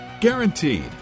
Guaranteed